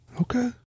Okay